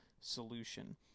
solution